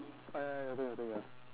ah ya ya your turn your turn ya